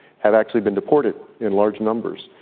have actually been deported in large numbers.